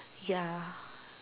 ya